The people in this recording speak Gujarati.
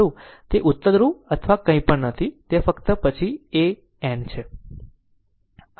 તે ઉત્તર ધ્રુવ અથવા કંઈપણ નથી તે ફક્ત તે પછીની A N છે